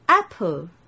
apple